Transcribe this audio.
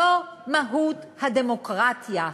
זו מהות הדמוקרטיה.